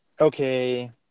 okay